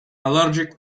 allergic